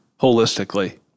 Holistically